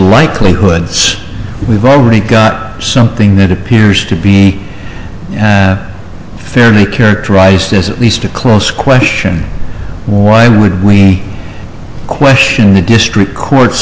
likelihoods we've already got something that appears to be fairly characterized as at least a close question why would we question the district court